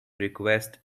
request